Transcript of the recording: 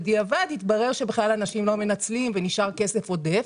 בדיעבד התברר שאנשים בכלל לא מנצלים ונשאר כסף עודף.